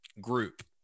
group